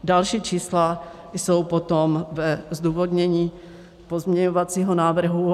Další čísla jsou potom ve zdůvodnění pozměňovacího návrhu.